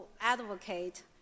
advocate